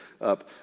up